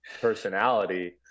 personality